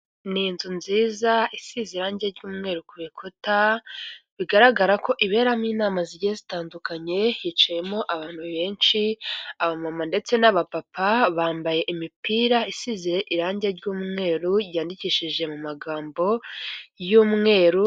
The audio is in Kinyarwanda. ni inzu nziza isize irangi ry'umweru kuruta bigaragara ko iberamo inama zigiye zitandukanye hicayemo abantu benshi aba mama ndetse n'aba papa bambaye imipira isize irangi ry'umweru ryandikishije mu magambo y'umweru.